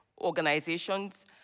organizations